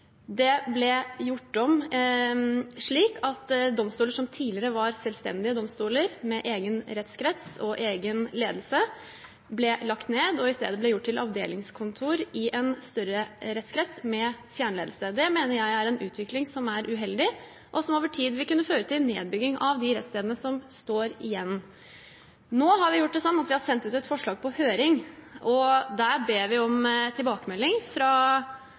Det ble gjort om slik at domstoler som tidligere var selvstendige domstoler med egen rettskrets og egen ledelse, ble lagt ned og i stedet gjort til avdelingskontor i en større rettskrets med fjernledelse. Det mener jeg er en utvikling som er uheldig, og som over tid vil kunne føre til en nedbygging av de rettsstedene som står igjen. Nå har vi sendt ut et forslag på høring. Der ber vi om tilbakemelding fra